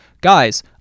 guys